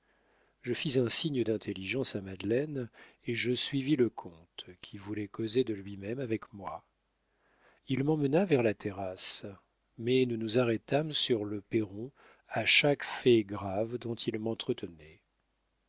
je fis un signe d'intelligence à madeleine et je suivis le comte qui voulait causer de lui-même avec moi il m'emmena vers la terrasse mais nous nous arrêtâmes sur le perron à chaque fait grave dont il m'entretenait